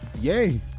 Yay